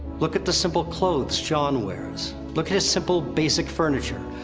look at the simple clothes jon wears, look at his simple, basic furniture.